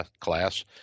class